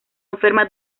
enferma